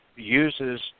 uses